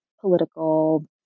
political